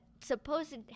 supposed